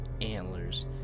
antlers